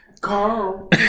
Carl